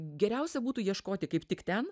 geriausia būtų ieškoti kaip tik ten